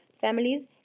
families